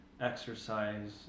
exercise